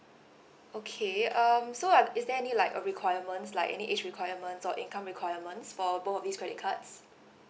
okay um so um is there any like uh requirements like any age requirements or income requirements for both of these credit cards